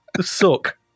suck